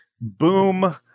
Boom